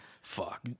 Fuck